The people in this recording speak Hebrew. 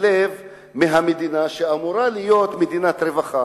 לב מהמדינה שאמורה להיות מדינת רווחה?